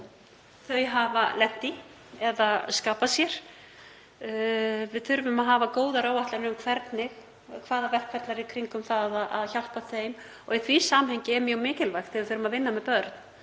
þau hafa lent í eða skapað sér. Við þurfum að hafa góðar áætlanir um hvaða verkferlar eru í kringum það að hjálpa þeim. Í því samhengi er mjög mikilvægt þegar við erum að vinna með börn